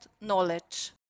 knowledge